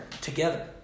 together